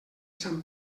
sant